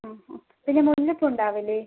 ആ ആ പിന്നെ മുല്ലപ്പൂ ഉണ്ടാവില്ലേ